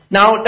Now